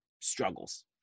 struggles